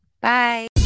Bye